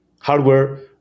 hardware